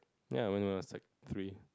ya when I was like three